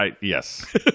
Yes